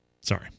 Sorry